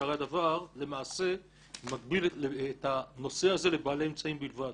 שהרי הדבר למעשה מגביל את הנושא הזה לבעלי אמצעים בלבד.